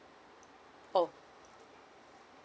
oh